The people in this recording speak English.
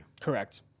Correct